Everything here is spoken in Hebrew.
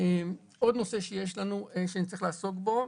עוד נושא שנצטרך לעסוק בו,